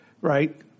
right